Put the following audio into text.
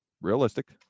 realistic